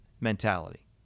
mentality